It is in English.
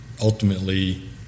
ultimately